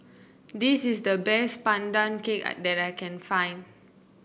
this is the best Pandan Cake that I can find